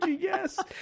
yes